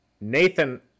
Nathan